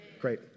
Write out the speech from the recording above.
Great